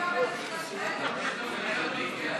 לא נתקבלה.